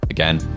Again